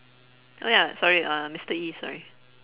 oh ya sorry uh mister E sorry